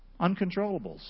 uncontrollables